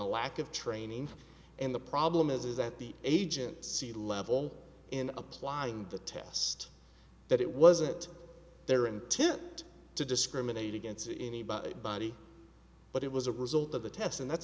a lack of training and the problem is that the agent c level in applying the test that it wasn't their intent to discriminate against anybody body but it was a result of a test and that's